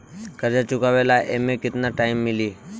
कर्जा चुकावे ला एमे केतना टाइम मिली?